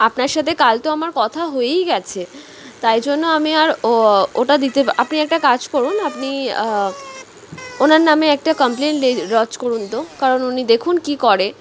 আপনার সাথে কাল তো আমার কথা হয়েই গিয়েছে তাই জন্য আমি আর ও ওটা দিতে পা আপনি একটা কাজ করুন আপনি ওনার নামে একটা কমপ্লেন লে লজ করুন তো কারণ উনি দেখুন কী করে